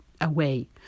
away